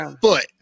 foot